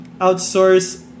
outsource